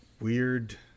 weird